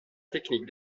technique